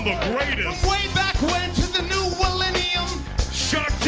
way back when to the new willennium shark